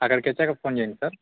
అక్కడికోచ్చాక phone చేయండి sir